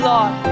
Lord